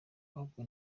ahubwo